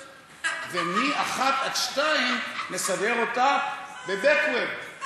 ומ-01:00 עד 02:00 נשדר אותה ב-backward.